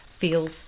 feels